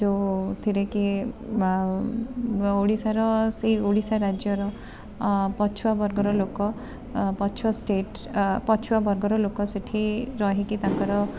ଯେଉଁଥିରେ କି ଓଡ଼ିଶାର ସେଇ ଓଡ଼ିଶା ରାଜ୍ୟର ପଛୁଆବର୍ଗର ଲୋକ ପଛୁଆ ଷ୍ଟେଟ୍ ପଛୁଆବର୍ଗର ଲୋକ ସେଠି ରହିକି ତାଙ୍କର